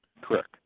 Correct